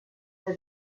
déjà